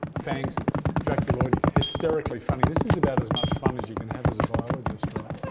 fangs draculoides. hysterically funny. this is about as much fun as you can have as a biologist right.